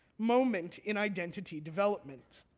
moment in identity development.